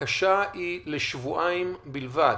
הבקשה היא לשבועיים בלבד,